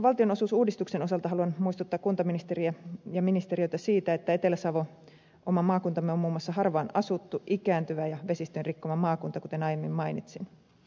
valtionosuusuudistuksen osalta haluan muistuttaa kuntaministeriä ja ministeriötä siitä että etelä savo oma maakuntamme on muun muassa harvaanasuttu ikääntyvä ja vesistön rikkoma maakunta kuten aiemmin mainitsin